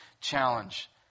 challenge